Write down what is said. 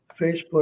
Facebook